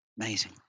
amazing